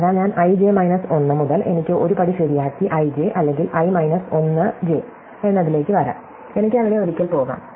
അതിനാൽ i j minus 1 മുതൽ എനിക്ക് ഒരു പടി ശരിയാക്കി i j അല്ലെങ്കിൽ i മൈനസ് 1 j എന്നതിലേക്ക് വരാം എനിക്ക് അവിടെ ഒരിക്കൽ പോകാം